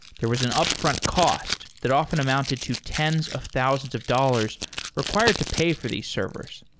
there was an upfront cost that often amounted to tens of thousands of dollars required to pay for these servers.